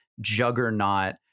juggernaut